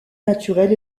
naturel